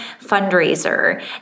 fundraiser